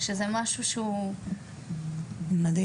שזה משהו שהוא מתנה מדהים,